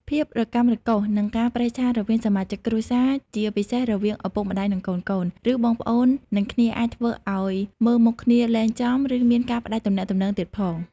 ភាពរកាំរកូស និងការប្រេះឆារវាងសមាជិកគ្រួសារ ជាពិសេសរវាងឪពុកម្ដាយ និងកូនៗ ឬបងប្អូននឹងគ្នាអាចធ្វើអោយមើលមុខគ្នាលែងចំ ឬមានការផ្ដាច់ទំនាក់ទំនងទៀតផង។